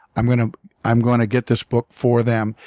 i'm going ah i'm going to get this book for them.